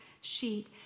sheet